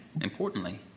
importantly